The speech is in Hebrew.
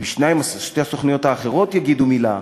אם שתי הסוכנויות האחרות יגידו מילה.